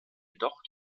jedoch